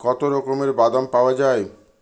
কত রকমের বাদাম পাওয়া যায়